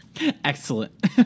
Excellent